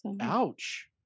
Ouch